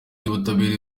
y’ubutabera